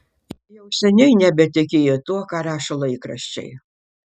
jau seniai nebetikėjo tuo ką rašo laikraščiai